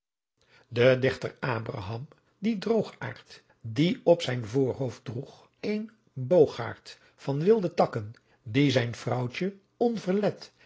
de dichter abraham die droogaard die op zijn voorhpofd droeg een boogaard van wilde takken die zijn vrouwtjen